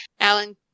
Alan